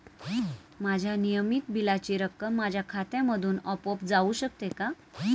माझ्या नियमित बिलाची रक्कम माझ्या खात्यामधून आपोआप जाऊ शकते का?